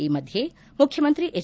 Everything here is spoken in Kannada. ಈ ಮಧ್ಯೆ ಮುಖ್ಯಮಂತ್ರಿ ಎಚ್